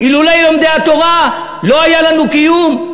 אילולא לומדי התורה, לא היה לנו קיום.